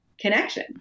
connection